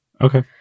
Okay